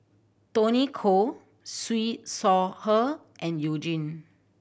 Tony Khoo Siew Shaw Her and You Jin